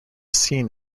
scene